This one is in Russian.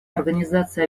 организация